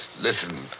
Listen